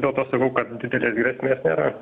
dėl to sakau kad didelės grėsmės nėra